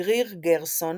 וגריר גרסון